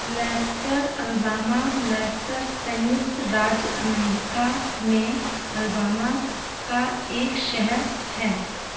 Lester Alabama Lester संयुक्त राज्य America में अलबामा का एक शहर है